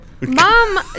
Mom